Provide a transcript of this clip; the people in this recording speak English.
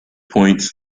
points